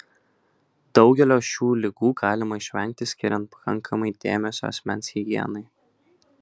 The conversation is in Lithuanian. daugelio šių ligų galima išvengti skiriant pakankamai dėmesio asmens higienai